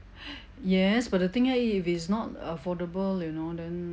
yes but the thing here if it's not affordable you know then